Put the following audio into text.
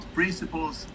principles